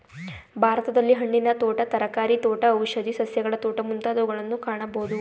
ಭಾರತದಲ್ಲಿ ಹಣ್ಣಿನ ತೋಟ, ತರಕಾರಿ ತೋಟ, ಔಷಧಿ ಸಸ್ಯಗಳ ತೋಟ ಮುಂತಾದವುಗಳನ್ನು ಕಾಣಬೋದು